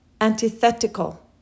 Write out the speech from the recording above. antithetical